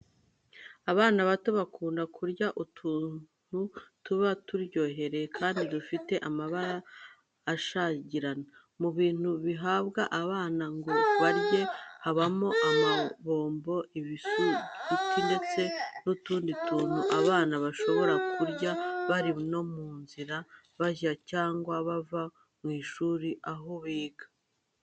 Abana bato bakunda kurya utuntu tuba turyohereye kandi dufite amabara ashashagirana. Mu bintu bihabwa abana ngo barye habamo: amabombo, ibisuguti ndetse n'utundi tundu abana bashobora kurya bari no mu nzira bajya cyangwa bava ku mashuri aho biga.